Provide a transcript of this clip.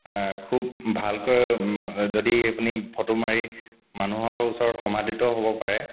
খুব ভালকৈ যদি আপুনি ফটো মাৰি মানুহৰ ওচৰত সমাদৃত হ'ব পাৰে